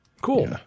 cool